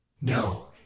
No